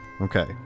okay